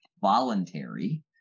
voluntary